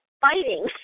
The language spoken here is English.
fighting